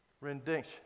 rendition